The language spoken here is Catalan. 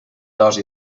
dos